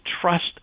trust